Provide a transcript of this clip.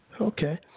Okay